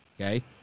Okay